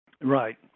Right